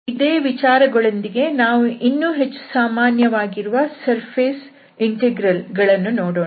ಇದೇ ವಿಚಾರಗಳೊಂದಿಗೆ ಈಗ ನಾವು ಇನ್ನು ಹೆಚ್ಚು ಸಾಮಾನ್ಯವಾಗಿರುವ ಸರ್ಫೇಸ್ ಇಂಟೆಗ್ರಲ್ ಗಳನ್ನು ನೋಡೋಣ